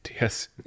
yes